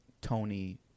Tony